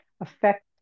affect